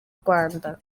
rwanda